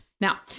Now